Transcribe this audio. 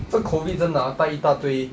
这 COVID 真的带一大堆